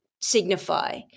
signify